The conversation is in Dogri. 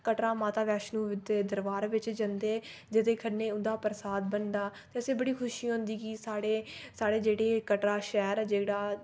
कटरा माता वैश्णो दे दरबार बिच जन्दे जेह्दे कन्नै उंदा प्रसाद बनदा ते असें बड़ी खुशी होंदी की साढ़े साढ़े जेह्ड़े कटरा शैह्र जेह्ड़ा